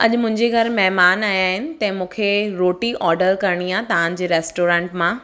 अॼु मुंहिंजे घरु महिमान आहियां आहिनि तंहिं मूंखे रोटी ऑडर करणी आहे तव्हांजे रैस्टोरैंट मां